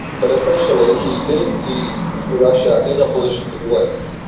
but essentially he didn't see russia in a position to the west.